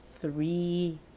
three